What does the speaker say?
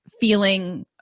feeling